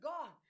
God